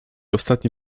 ostatni